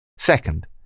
Second